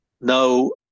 no